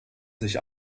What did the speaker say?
sich